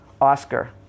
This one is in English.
Oscar